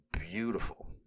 beautiful